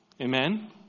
Amen